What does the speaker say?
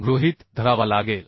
गृहित धरावा लागेल